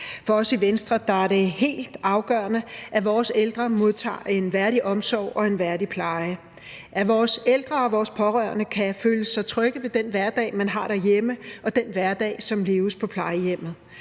For os i Venstre er det helt afgørende, at vores ældre modtager en værdig omsorg og en værdig pleje, at vores ældre og vores pårørende kan føle sig trygge i den hverdag, de har derhjemme, og den hverdag, som leves på plejehjemmet.